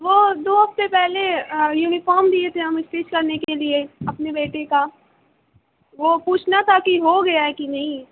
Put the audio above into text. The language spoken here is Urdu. وہ دو ہفتے پہلے یونیفام دیے تھے ہم اسٹیچ کرنے کے لیے اپنے بیٹے کا وہ پوچھنا تھا کہ ہوگیا ہے کہ نہیں